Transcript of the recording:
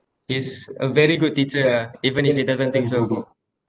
he's a very good teacher ah even if he doesn't think so